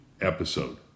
Episode